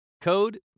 Code